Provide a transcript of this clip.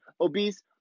obese